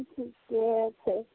ठिके छै